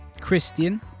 Christian